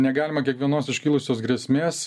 negalima kiekvienos iškilusios grėsmės